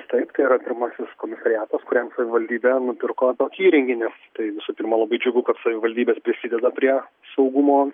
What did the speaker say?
taip tai yra pirmasis komisariatas kuriam savivaldybė nupirko tokį įrenginį tai visų pirma labai džiugu kad savivaldybės prisideda prie saugumo